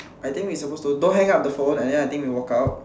I think we supposed to don't hang up the phone and then I think we walk out